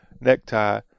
necktie